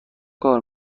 کار